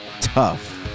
tough